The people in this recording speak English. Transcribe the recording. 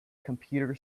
computer